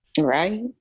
right